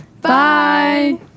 Bye